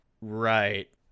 Right